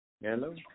Hello